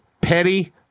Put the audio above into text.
Petty